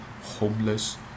homeless